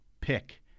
pick